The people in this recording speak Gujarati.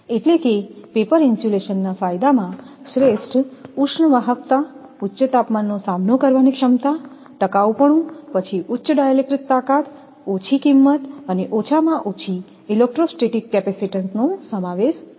એટલે કે પેપર ઇન્સ્યુલેશનના ફાયદા માં શ્રેષ્ઠ ઉષ્ણ વાહકતા ઉચ્ચ તાપમાનનો સામનો કરવાની ક્ષમતા ટકાઉપણું પછી ઉચ્ચ ડાઇલેક્ટ્રિક તાકાત ઓછી કિંમત અને ઓછા ઇલેક્ટ્રોસ્ટેટિક કેપેસિટીન્સ સમાવેશ થાય છે